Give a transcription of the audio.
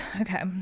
Okay